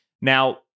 Now